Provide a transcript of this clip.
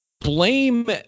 blame